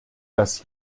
das